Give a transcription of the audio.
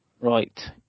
Right